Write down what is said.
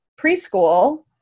preschool